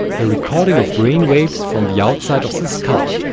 the recording of brain waves from the outside of the skull.